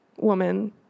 woman